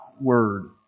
word